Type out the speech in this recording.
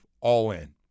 all-in